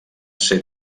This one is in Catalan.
ser